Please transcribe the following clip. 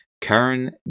Karen